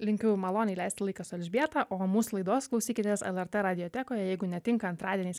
linkiu maloniai leisti laiką su elžbieta o mūsų laidos klausykitės lrt radiotekoje jeigu netinka antradieniais